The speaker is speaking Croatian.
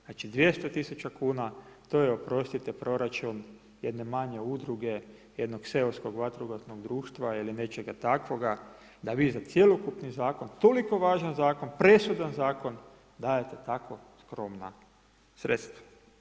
Znači 200 000 kuna, to je oprostite proračun jedne manje udruge, jednog seoskog vatrogasnog društva ili nečega takvoga da vi za cjelokupni zakon toliko važan zakon, presudan zakon, dajte tako skromna sredstva.